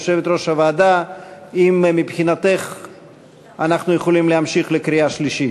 יושבת-ראש הוועדה: האם מבחינתך אנחנו יכולים להמשיך לקריאה השלישית?